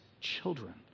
children